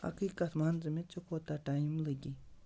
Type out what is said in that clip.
اَکٕے کَتھ ووٚن ژٕ مےٚ ژےٚ کوٗتاہ ٹایِم لَگی